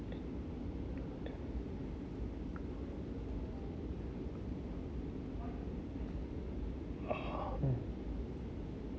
mm